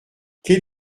quel